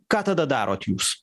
ką tada darot jūs